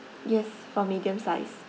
yes for medium size